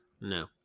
No